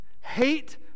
Hate